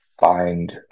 find